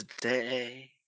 today